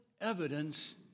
evidence